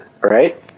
right